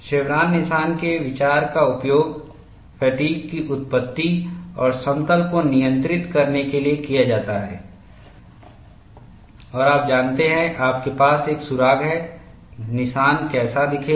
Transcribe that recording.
chevron निशान के विचार का उपयोग फ़ैटिग् की उत्पत्ति और समतल को नियंत्रित करने के लिए किया जाता है और आप जानते हैं आपके पास एक सुराग है निशान कैसा दिखेगा